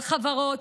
על חברות,